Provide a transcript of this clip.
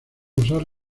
usar